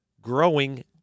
growing